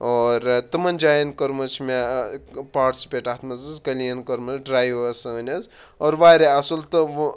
اور تِمَن جایَن کٔرمٕژ چھِ مےٚ پاٹسِپیٹ اَتھ منٛز کٔلیٖن کٔرمٕژ ڈرٛایِو ٲس سٲنۍ حظ اور واریاہ اَصٕل تہٕ وٕ